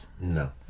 No